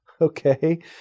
okay